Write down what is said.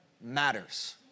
matters